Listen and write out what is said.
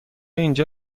اینجا